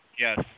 Yes